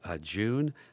June